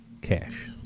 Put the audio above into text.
Cash